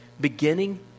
beginning